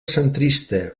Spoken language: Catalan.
centrista